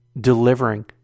delivering